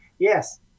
Yes